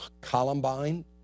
Columbine